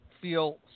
feel